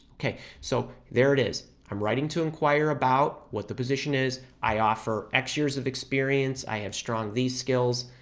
okay, so there it is. i'm writing to inquire about what the position is, i offer x years of experience, i have strong these skills.